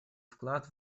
вклад